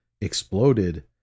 exploded